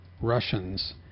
Russians